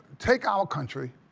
take our country,